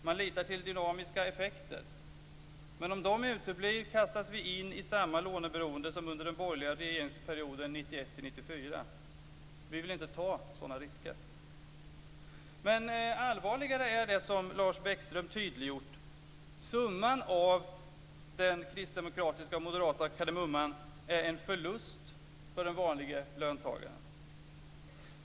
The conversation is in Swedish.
Man litar till dynamiska effekter men om de uteblir kastas vi in i samma låneberoende som under den borgerliga regeringsperioden 1991-1994. Vi vill inte ta sådana risker. Allvarligare ändå är det som Lars Bäckström tydliggjort. Summan av den kristdemokratiska och moderata kardemumman är en förlust för den vanlige löntagaren.